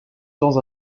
temps